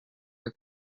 your